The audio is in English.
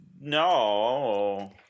no